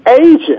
agent